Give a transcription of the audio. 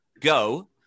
go